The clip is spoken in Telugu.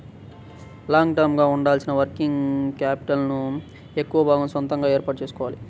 లాంగ్ టర్మ్ గా ఉండాల్సిన వర్కింగ్ క్యాపిటల్ ను ఎక్కువ భాగం సొంతగా ఏర్పాటు చేసుకోవాలి